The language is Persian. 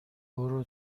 برو